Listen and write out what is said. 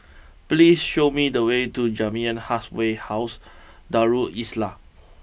please show me the way to Jamiyah Halfway house Darul Islah